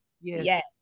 Yes